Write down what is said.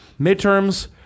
Midterms